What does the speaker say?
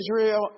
Israel